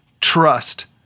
trust